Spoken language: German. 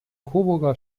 coburger